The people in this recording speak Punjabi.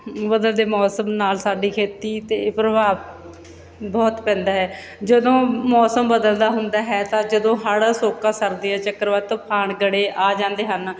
ਬਦਲਦੇ ਮੌਸਮ ਨਾਲ ਸਾਡੀ ਖੇਤੀ 'ਤੇ ਪ੍ਰਭਾਵ ਬਹੁਤ ਪੈਂਦਾ ਹੈ ਜਦੋਂ ਮੌਸਮ ਬਦਲਦਾ ਹੁੰਦਾ ਹੈ ਤਾਂ ਜਦੋਂ ਹੜ ਸੋਕਾ ਸਰਦੀਆਂ ਚੱਕਰਵਰਤੀ ਤੂਫਾਨ ਗੜ੍ਹੇ ਆ ਜਾਂਦੇ ਹਨ